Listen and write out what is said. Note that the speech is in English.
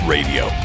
Radio